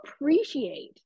appreciate